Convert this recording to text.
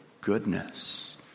goodness